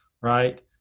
right